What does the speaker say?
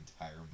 entire